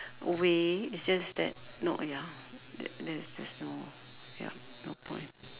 a way it's just that no ya that that's just no ya no point